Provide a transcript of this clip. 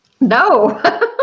No